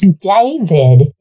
David